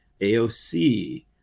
AOC